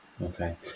Okay